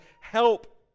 help